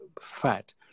fat